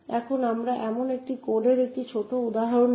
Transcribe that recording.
এখন আমরা এমন একটি কোডের একটি ছোট উদাহরণ নেব